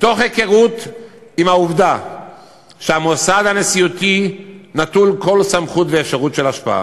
מתוך היכרות עם העובדה שהמוסד הנשיאותי נטול כל סמכות ואפשרות של השפעה,